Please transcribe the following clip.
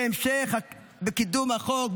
בהמשך קידום החוק,